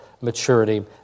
maturity